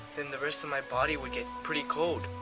then the rest of my body would get pretty cold.